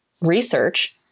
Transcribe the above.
research